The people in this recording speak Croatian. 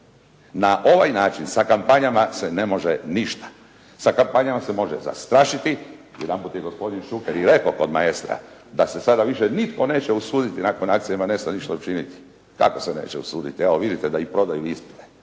Na ovaj način sa kampanjama se ne može ništa, sa kampanjama se može zastrašiti, jedan put je gospodin Šuker i rekao kod "Maestra" da se sada više nitko neće usuditi nakon akcije "Maestro" ništa učiniti. Kako se neće usuditi? Evo vidite da prodaju ispite.